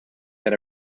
that